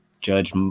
judge